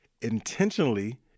intentionally